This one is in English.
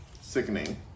Sickening